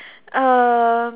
um